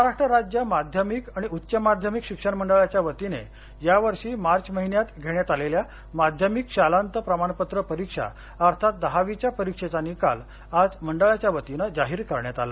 महाराष्ट्र राज्य माध्यमिक आणि उच्च माध्यमिक शिक्षण मंडळाच्या वतीने यावर्षी मार्व महिन्यात घेण्यात आलेल्या माध्यमिक शालांत प्रमाणपत्र परीक्षा अर्थात दहावीच्या परीक्षेचा निकाल आज मंडळाच्यावतीने जाहीर करण्यात आला